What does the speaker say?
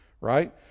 right